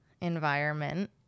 environment